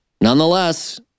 nonetheless